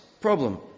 problem